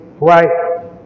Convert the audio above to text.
right